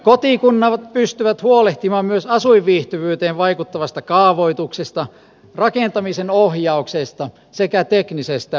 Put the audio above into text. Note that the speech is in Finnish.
kotikunnat pystyvät huolehtimaan myös asuinviihtyvyyteen vaikuttavasta kaavoituksesta rakentamisen ohjauksesta sekä teknisistä palveluista